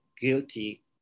guilty